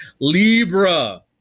Libra